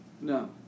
No